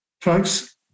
folks